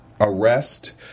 arrest